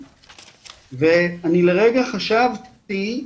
ואני לרגע חשבתי,